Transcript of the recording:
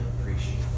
appreciate